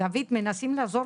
אנחנו צריכים לעזור